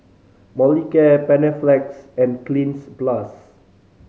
Molicare Panaflex and Cleanz Plus